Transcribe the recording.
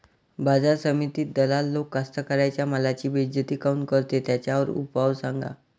बाजार समितीत दलाल लोक कास्ताकाराच्या मालाची बेइज्जती काऊन करते? त्याच्यावर उपाव सांगा